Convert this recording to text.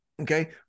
Okay